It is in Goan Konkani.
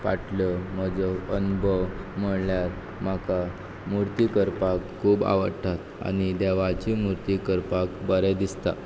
फाटल्यो म्हजो अनुभव म्हळ्ळ्यार म्हाका मुर्ती करपाक खूब आवडटात आनी देवाची मुर्ती करपाक बरें दिसता